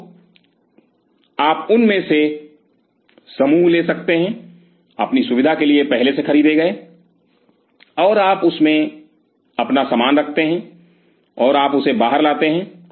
तो आप उनमें से समूह ले सकते हैं अपनी सुविधा के लिए पहले से खरीदे गए और आप उनमें अपना सामान रखते हैं और आप उसे बाहर लाते हैं